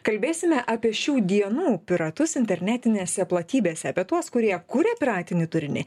kalbėsime apie šių dienų piratus internetinėse platybėse apie tuos kurie kuria piratinį turinį